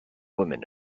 women